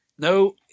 No